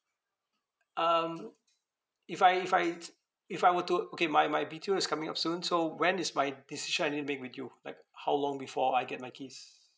um if I if I if I were to okay my my B_T_O is coming up soon so when is my decision I need to make with you like how long before I get my keys